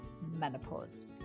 menopause